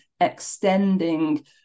extending